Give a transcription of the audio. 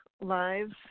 live